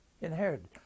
inherited